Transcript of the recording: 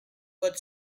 good